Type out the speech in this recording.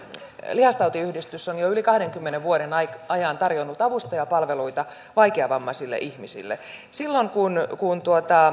lihastautiyhdistys on jo yli kahdenkymmenen vuoden ajan tarjonnut avustajapalveluita vaikeavammaisille ihmisille silloin kun kun